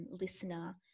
listener